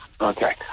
Okay